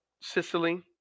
Sicily